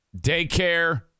daycare